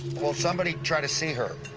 well, somebody try to see her.